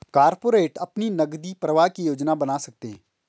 corporate अपने नकदी प्रवाह की योजना बना सकते हैं